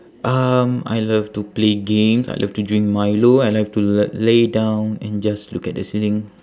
um I love to play games I love to drink milo I love to l~ lay down and just look at the ceiling